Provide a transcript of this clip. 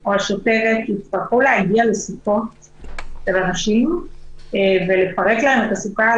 או השוטרת שיצטרכו להגיע לסוכות של אנשים ולפרק להם את הסוכה,